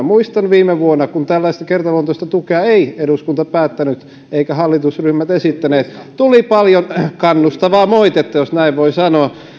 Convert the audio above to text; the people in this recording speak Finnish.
muistan kun tällaista kertaluontoista tukea ei viime vuonna eduskunta päättänyt eivätkä hallitusryhmät esittäneet tuli paljon kannustavaa moitetta jos näin voi sanoa